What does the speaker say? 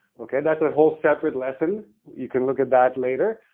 okay? that's a whole separate lesson. you can look at that later.